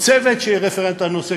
או צוות שיהיה רפרנט לנושא,